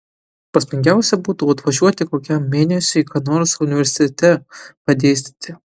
prasmingiausia būtų atvažiuoti kokiam mėnesiui ką nors universitete padėstyti